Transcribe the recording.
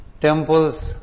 Temples